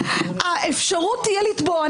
האפשרות תהיה לתבוע,